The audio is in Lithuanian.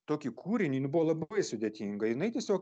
tokį kūrinį nu buvo labai sudėtinga jinai tiesiog